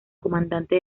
comandante